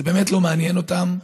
זה באמת לא מעניין אותם,